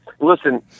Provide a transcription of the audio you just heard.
listen